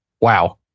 Wow